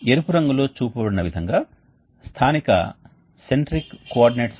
వేడి వాయువు ప్రవాహం మొదటి బెడ్ ని దాటుతుంది కానీ అది రెండవ బెడ్ గుండా వెళుతోంది